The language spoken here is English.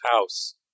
house